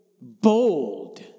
bold